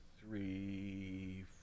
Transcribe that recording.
three